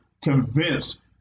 convinced